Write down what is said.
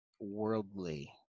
worldly